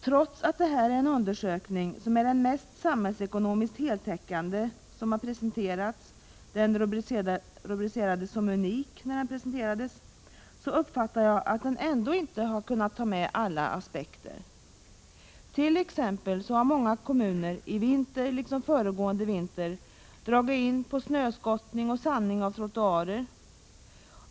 Trots att denna undersökning är den samhällsekonomiskt mest heltäckande som gjorts — den rubricerades som unik när den presenterades — har jag uppfattningen att man i den ändå inte kunnat ta med alla aspekter. Många kommuner har t.ex. i vinter liksom föregående vinter dragit in på snöskottning och sandning av trottoarer.